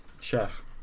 Chef